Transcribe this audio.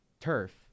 turf